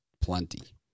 plenty